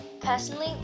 personally